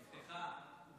נפתחה.